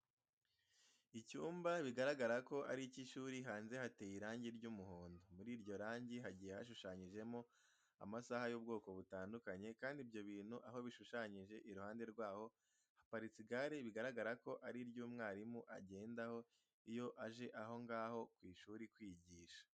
Icyumba bigaragara ko ari icy'ishuri, hanze hateye irangi ry'umuhondo. Muri iryo rangi hagiye hashushanyijemo amasaha y'ubwoko butandukanye kandi ibyo bintu aho bishushanyije, iruhande rwaho haparitse igare bigaragara ko ari iry'umwarimu agendaho iyo aje aho ngaho ku ishuri kwigisha.